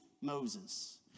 Moses